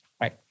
right